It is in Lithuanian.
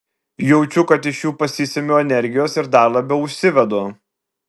jaučiu kad iš jų pasisemiu energijos ir dar labiau užsivedu